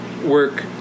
work